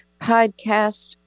podcast